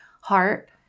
heart